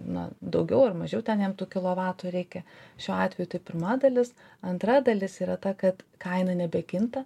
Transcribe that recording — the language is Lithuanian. na daugiau ar mažiau ten jam tų kilovatų reikia šiuo atveju tai pirma dalis antra dalis yra ta kad kaina nebekinta